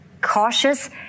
cautious